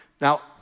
Now